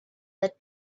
that